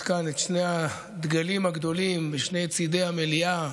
כאן את שני הדגלים הגדולים בשני צידי המליאה.